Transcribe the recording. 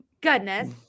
Goodness